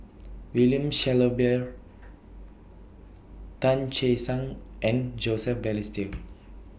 William Shellabear Tan Che Sang and Joseph Balestier